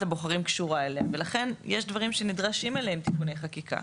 הבוחרים קשורה אליה ולכן יש דברים שנדרשים אליהם תיקוני חקיקה,